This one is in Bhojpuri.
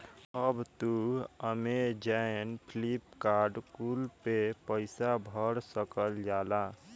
अब तू अमेजैन, फ्लिपकार्ट कुल पे पईसा भर सकल जाला